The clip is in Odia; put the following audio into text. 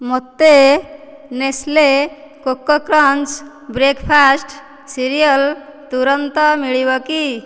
ମୋତେ Nestle Koko Krunch breakfast cereal ତୁରନ୍ତ ମିଳିବ କି